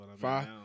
Five